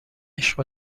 عشق